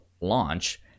launch